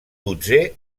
dotzè